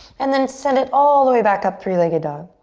and then send it all the way back up, three-legged dog.